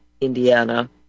Indiana